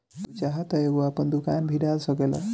तू चाहत तअ एगो आपन दुकान भी डाल सकेला